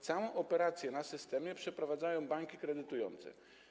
Całą operację w systemie przeprowadzają banki kredytujące.